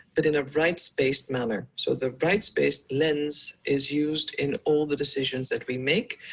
but in a rights-based manner. so, the rights-based lens is used in all the decisions that we make.